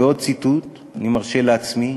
ועוד ציטוט אני מרשה לעצמי: